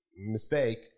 mistake